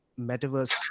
metaverse